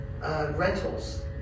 rentals